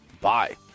Bye